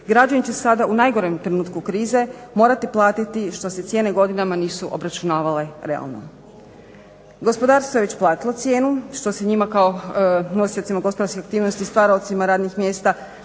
građani će sada u najgorem trenutku krize morati platiti što se cijene godinama nisu obračunavale realno. Gospodarstvo je već platilo cijenu, što se njima kao nosiocima gospodarske aktivnosti, stvaraocima radnih mjesta